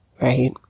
Right